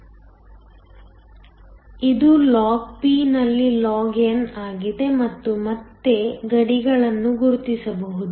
ಆದ್ದರಿಂದ ಇದು log ನಲ್ಲಿ log ಆಗಿದೆ ಮತ್ತು ಮತ್ತೆ ಗಡಿಗಳನ್ನು ಗುರುತಿಸಬಹುದು